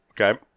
okay